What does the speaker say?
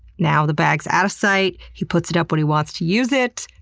now the bag is out of sight he puts it up when he wants to use it,